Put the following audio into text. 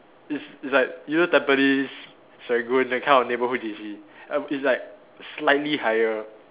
it's it's like you know Tampines Serangoon that kind of neighbourhood J_C um it's like slightly higher